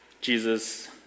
Jesus